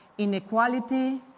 inequality,